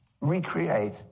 recreate